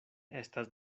estas